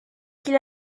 qu’il